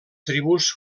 tribus